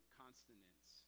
consonants